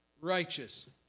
righteous